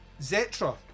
zetra